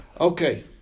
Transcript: Okay